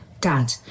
Dad